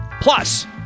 plus